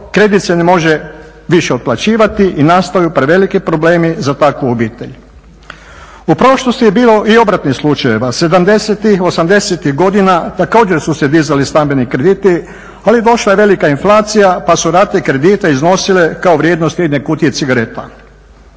kredit se ne može više otplaćivati i nastaju preveliki problemi za takvu obitelj. U prošlosti je bilo i obratnih slučajeva. 70-ih, 80-ih godina također su se dizali stambeni krediti, ali došla je velika inflacija pa su rate kredita iznosile kao vrijednost jedne kutije cigareta.